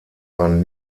man